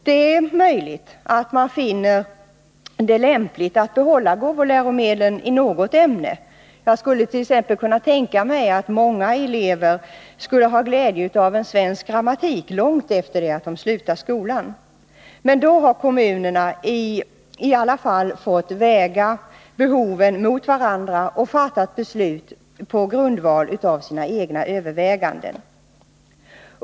Det är möjligt att man finner det lämpligt att behålla gåvoläromedlen i något ämne. Jag skulle t.ex. kunna tänka mig att många elever skulle ha glädje av en svensk grammatik långt efter det att de har slutat skolan. Men då har kommunerna i alla fall fått väga behoven mot varandra och fattat beslut på grundval av sina egna överväganden.